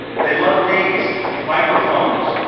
they love these, microphones.